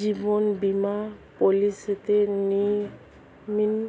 জীবন বীমা পলিসিতে নমিনি